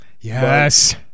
Yes